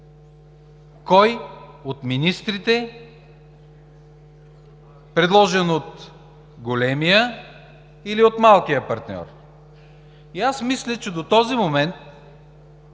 кой от министрите, предложен от големия или от малкия партньор? И аз мисля, че до този момент